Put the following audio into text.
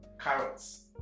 carrots